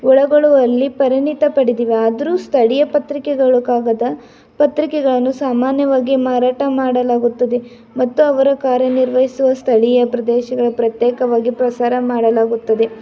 ಒಳಗೊಳ್ಳುವಲ್ಲಿ ಪರಿಣಿತಿ ಪಡೆದಿವೆ ಆದರೂ ಸ್ಥಳೀಯ ಪತ್ರಿಕೆಗಳು ಕಾಗದ ಪತ್ರಿಕೆಗಳನ್ನು ಸಾಮಾನ್ಯವಾಗಿ ಮಾರಾಟ ಮಾಡಲಾಗುತ್ತದೆ ಮತ್ತು ಅವರ ಕಾರ್ಯನಿರ್ವಹಿಸುವ ಸ್ಥಳೀಯ ಪ್ರದೇಶಗಳ ಪ್ರತ್ಯೇಕವಾಗಿ ಪ್ರಸಾರ ಮಾಡಲಾಗುತ್ತದೆ